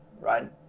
right